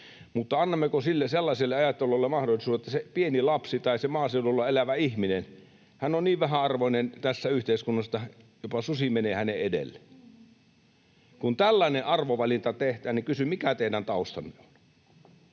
Mutta annammeko sellaiselle ajattelulle mahdollisuutta, että se pieni lapsi tai se maaseudulla elävä ihminen on niin vähäarvoinen tässä yhteiskunnassa, että jopa susi menee hänen edelleen? Kun tällainen arvovalinta tehdään, niin kysyn, mikä teidän taustanne on.